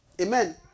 Amen